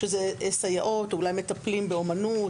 שאלו סייעות ואולי מטפלים באומנות,